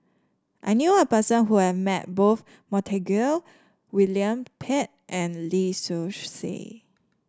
I knew a person who have met both Montague William Pett and Lee Seow Ser